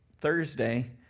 Thursday